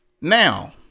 Now